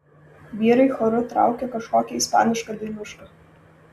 vyrai choru traukė kažkokią ispanišką dainušką